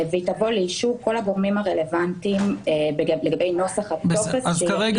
והיא תביא לאישור כל הגורמים הרלוונטיים לגבי נוסח הטופס שיחתום